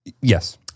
Yes